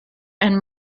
and